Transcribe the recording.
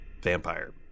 vampire